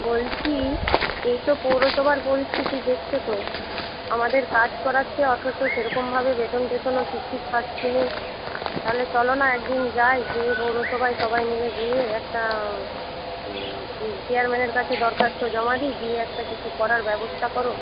বলছি এই তো পৌরসভার পরিস্থিতি দেখছ তো আমাদের কাজ করাচ্ছে অথচ সেরকমভাবে বেতন টেতনও ঠিক ঠিক পাচ্ছি না তাহলে চলো না একদিন যাই গিয়ে পৌরসভায় সবাই মিলে গিয়ে একটা চেয়ারম্যানের কাছে দরখাস্ত জমা দিই দিয়ে একটা কিছু করার ব্যবস্থা করো